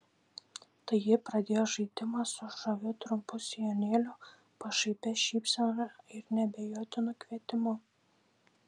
tai ji pradėjo žaidimą su žaviu trumpu sijonėliu pašaipia šypsena ir neabejotinu kvietimu